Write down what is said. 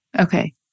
Okay